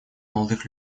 молодых